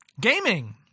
gaming